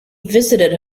visited